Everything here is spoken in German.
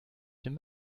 den